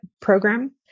program